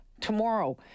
tomorrow